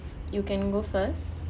you can go first